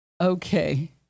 Okay